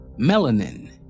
melanin